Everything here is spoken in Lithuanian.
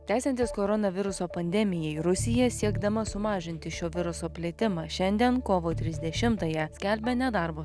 tęsiantis koronaviruso pandemijai rusija siekdama sumažinti šio viruso plitimą šiandien kovo trisdešimtąją skelbia nedarbo